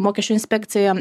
mokesčių inspekcija